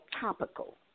topical